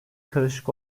karışık